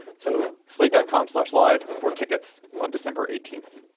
so slate dot com slash live. for tickets on december eighteen